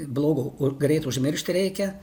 blogo greit užmiršti reikia